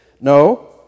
No